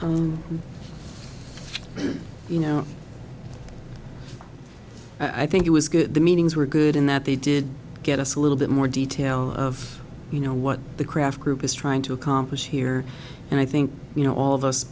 and you know i think it was good the meetings were good in that they did get us a little bit more detail of you know what the kraft group is trying to accomplish here and i think you know all of us